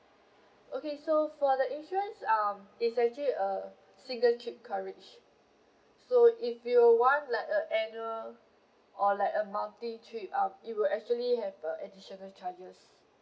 okay so for the insurance um it's actually a single trip coverage so if you want like a annual or like a multi trip um it will actually have a additional charges